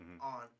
on